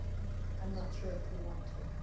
and i'm not sure if we want to